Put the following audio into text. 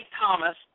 Thomas